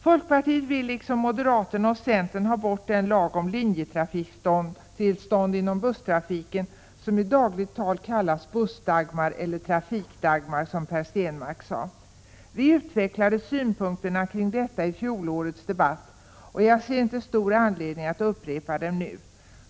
Folkpartiet vill liksom moderaterna och centern ha bort den lag om linjetrafiktillstånd inom busstrafiken som i dagligt tal kallas buss-Dagmar — eller trafik-Dagmar, som Per Stenmarck sade. Vi utvecklade synpunkterna kring detta i fjolårets debatt, och jag ser inte att det finns någon större anledning att upprepa dem nu.